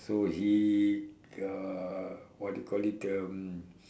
so he uh what you do call it um